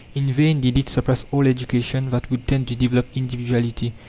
in vain did it suppress all education that would tend to develop individuality,